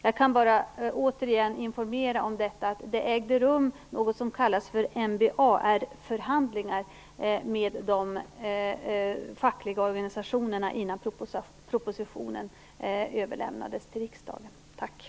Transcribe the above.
Jag kan bara återigen informera om att det ägde rum något som kallas för RBAR-förhandlingar med de fackliga organisationerna innan propositionen överlämnades till riksdagen.